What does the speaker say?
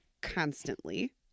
constantly